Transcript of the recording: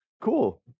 Cool